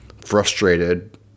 frustrated